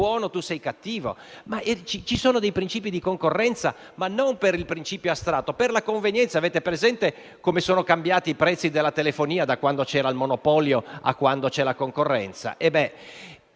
chi è buono e chi è cattivo; ma esistono dei principi di concorrenza e non sono principi astratti bensì per la convenienza: avete presente come sono cambiati i prezzi della telefonia da quando c'era il monopolio a quando c'è la concorrenza?